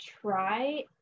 try